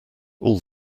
all